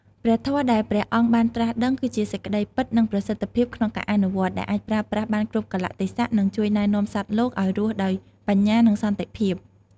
ព្រះធម៌ដែលព្រះអង្គបានត្រាស់ដឹង គឺជាសេចក្ដីពិត និងប្រសិទ្ធភាពក្នុងការអនុវត្ត ដែលអាចប្រើប្រាស់បានគ្រប់កាលៈទេសៈ និងជួយណែនាំសត្វលោកឲ្យរស់ដោយបញ្ញា និងសន្តិភាព។